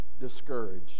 discouraged